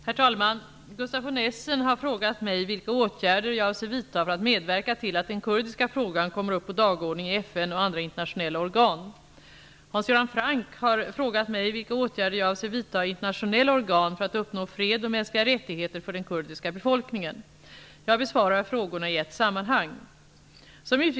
Herr talman! Gustaf von Essen har frågat mig vilka åtgärder jag avser vidta för att medverka till att den kurdiska frågan kommer upp på dagordningen i FN Franck har frågat mig vilka åtgärder jag avser vidta i internationella organ för att uppnå fred och mänskliga rättigheter för den kurdiska befolkningen. Jag besvarar frågorna i ett sammanhang.